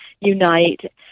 unite